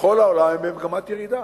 בכל העולם הם במגמת ירידה.